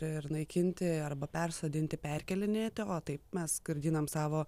ir naikinti arba persodinti perkėlinėti o taip mes skurdinam savo